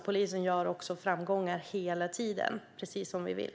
Polisen har också framgångar hela tiden, precis som vi vill.